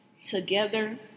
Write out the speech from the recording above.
Together